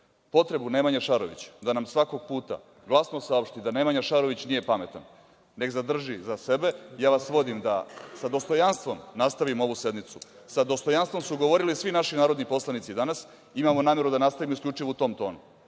potrebu Nemanje Šarovića da nam svakog puta glasno saopšti da Nemanja Šarović nije pametan neka zadrži za sebe. Ja vas molim da sa dostojanstvom nastavimo ovu sednicu, sa dostojanstvom su govorili svi naši narodni poslanici danas i imamo nameru da nastavimo isključivo u tom tonu,